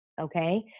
Okay